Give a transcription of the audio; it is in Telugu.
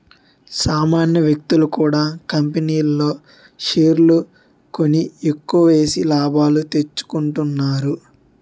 సామాన్య వ్యక్తులు కూడా కంపెనీల్లో షేర్లు కొని ఎక్కువేసి లాభాలు తెచ్చుకుంటున్నారు